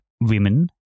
women